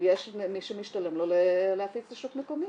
ויש מי שמשתלם לו להפיץ לשוק מקומי.